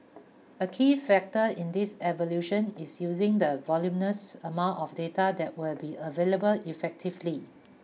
a key factor in this evolution is using the voluminous amount of data that will be available effectively